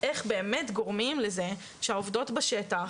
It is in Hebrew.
איך באמת גורמים לזה שלעובדות בשטח